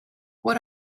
what